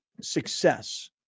success